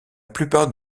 plupart